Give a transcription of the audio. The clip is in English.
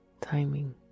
timing